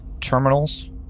terminals